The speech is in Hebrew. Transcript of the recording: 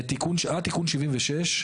כשהיה תיקון 76,